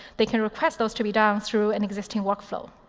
they can request those to be done um through an existing workflow.